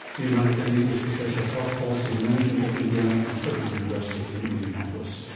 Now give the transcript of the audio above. nir menachemi is professor of health policy and management at indiana and perdue university in indianapolis.